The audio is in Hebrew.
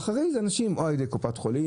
ואחרי זה אנשים ייבדקו או על ידי קופת חולים